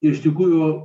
iš tikrųjų